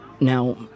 Now